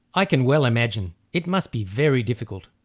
i can well imagine, it must be very difficult,